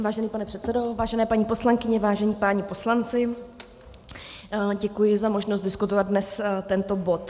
Vážený pane předsedo, vážené paní poslankyně, vážení páni poslanci, děkuji za možnost diskutovat dnes tento bod.